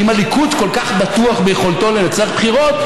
ואם הליכוד כל כך בטוח ביכולתו לנצח בחירות,